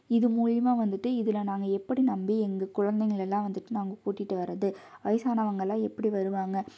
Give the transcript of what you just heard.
இது மூலயமா வந்துட்டு இதில் நாங்கள் எப்படி நம்பி எங்கள் குழந்தைங்களெல்லாம் வந்துட்டு நாங்கள் கூட்டிட்டு வர்றது வயசானவங்க எல்லாம் எப்படி வருவாங்க